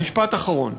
משפט אחרון.